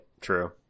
True